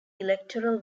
electoral